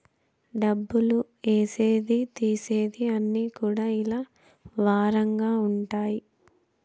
డబ్బులు ఏసేది తీసేది అన్ని కూడా ఇలా వారంగా ఉంటాయి